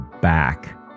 back